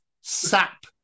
SAP